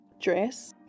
dress